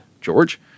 George